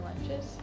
lunches